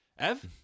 Ev